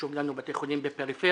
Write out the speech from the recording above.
חשובים לנו בתי חולים בפריפריה.